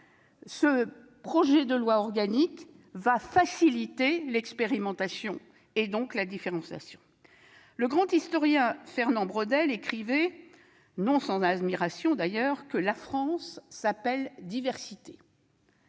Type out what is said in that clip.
le projet de loi organique facilitera l'expérimentation et, donc, la différenciation. Le grand historien Fernand Braudel écrivait, non sans admiration d'ailleurs, que « la France se nomme diversité ».